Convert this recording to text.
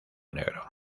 negro